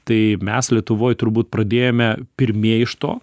tai mes lietuvoj turbūt pradėjome pirmieji iš to